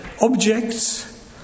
objects